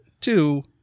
two